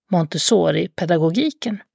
Montessori-pedagogiken